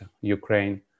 Ukraine